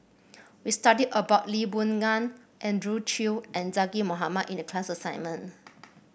we studied about Lee Boon Ngan Andrew Chew and Zaqy Mohamad in the class assignment